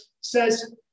says